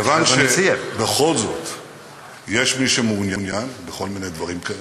כיוון שבכל זאת יש מי שמעוניין בכל מיני דברים כאלה,